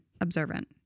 observant